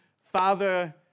father